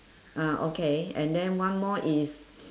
ah okay and then one more is